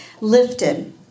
lifted